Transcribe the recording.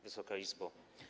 Wysoka Izbo!